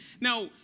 Now